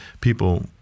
people